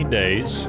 days